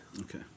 Okay